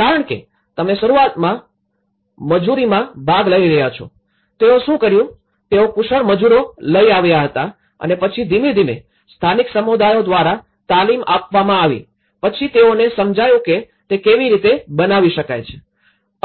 કારણ કે તમે શરૂઆતમાં મજૂરીમાં ભાગ લઈ રહ્યા છો તેઓએ શું કર્યું તેઓ કુશળ મજૂરો લઇ આવ્યા હતા અને પછી ધીમે ધીમે સ્થાનિક સમુદાયો દ્વારા તાલીમ આપવામાં આવી પછી તેઓને સમજાયું કે તે કેવી રીતે બનાવી શકાય છે